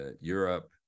Europe